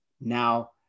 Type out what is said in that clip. now